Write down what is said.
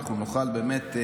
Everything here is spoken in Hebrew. אנחנו נוכל באמת,